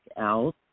out